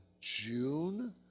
June